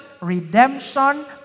redemption